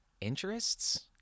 interests